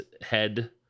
head